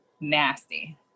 nasty